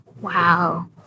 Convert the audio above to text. Wow